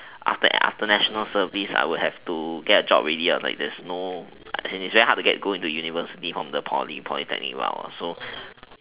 after after national service I would have to get a job already lah there's no it's very hard to go university from the poly polytechnic what also